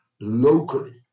locally